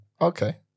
Okay